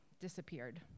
disappeared